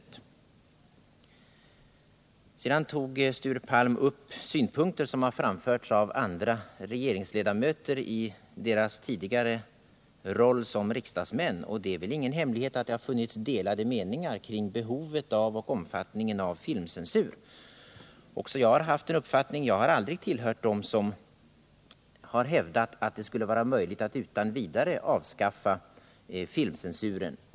Sture Palm tog upp ett par synpunkter som har framförts av andra regeringsledamöter i deras tidigare roll som riksdagsledamöter. Det är väl ingen hemlighet att det har funnits delade meningar om behov och omfattning av filmcensuren. Också jag har en uppfattning i den frågan. Jag har aldrig tillhört dem som hävdat att det skulle vara möjligt att utan vidare avskaffa filmcensuren.